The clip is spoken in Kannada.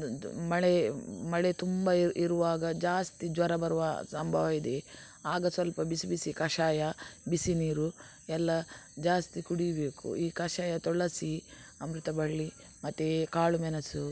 ದು ದು ಮಳೆ ಮಳೆ ತುಂಬ ಇರುವಾಗ ಜಾಸ್ತಿ ಜ್ವರ ಬರುವ ಸಂಭವ ಇದೆ ಆಗ ಸ್ವಲ್ಪ ಬಿಸಿಬಿಸಿ ಕಷಾಯ ಬಿಸಿ ನೀರು ಎಲ್ಲಾ ಜಾಸ್ತಿ ಕುಡಿಬೇಕು ಈ ಕಷಾಯ ತುಳಸಿ ಅಮೃತಬಳ್ಳಿ ಮತ್ತು ಕಾಳುಮೆಣಸು